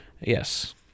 Yes